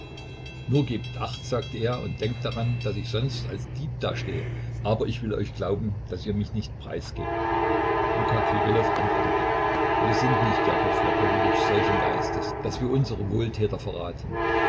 nur gebt acht sagte er und denkt daran daß ich sonst als dieb dastehe aber ich will euch glauben daß ihr mich nicht preisgebt luka kirillow antwortete wir sind nicht jakow jakowlewitsch solchen geistes daß wir unsere wohltäter verraten